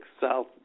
south